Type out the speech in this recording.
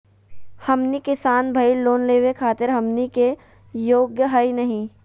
हमनी किसान भईल, लोन लेवे खातीर हमनी के योग्य हई नहीं?